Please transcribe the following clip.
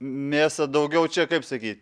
mėsa daugiau čia kaip sakyt